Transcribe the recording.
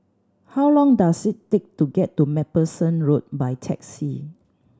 how long does it take to get to Macpherson Road by taxi